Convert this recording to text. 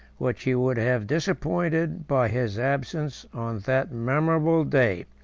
which he would have disappointed by his absence on that memorable day.